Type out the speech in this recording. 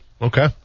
Okay